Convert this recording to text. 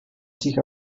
sich